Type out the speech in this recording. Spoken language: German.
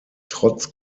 trotz